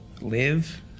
live